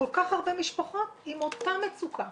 כל כך הרבה משפחות עם אותה מצוקה.